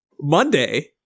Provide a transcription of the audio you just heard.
Monday